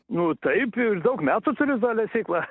nu taip daug metų turiu tą lesyklą